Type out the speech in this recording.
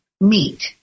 meet